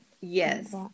Yes